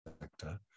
sector